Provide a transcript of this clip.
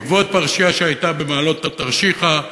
בעקבות פרשייה שהייתה במעלות תרשיחא,